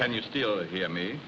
can you still hear me